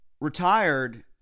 retired